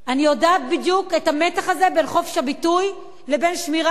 אני יודעת בדיוק את המתח הזה בין חופש הביטוי לבין שמירה על